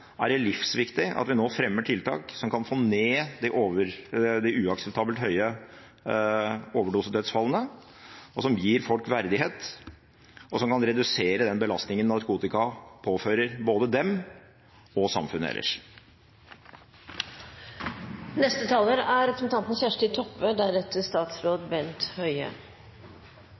er det livsviktig at vi nå fremmer tiltak som kan få ned de uakseptabelt høye overdosedødsfallene, tiltak som gir folk verdighet, og som kan redusere den belastningen narkotika påfører både dem og samfunnet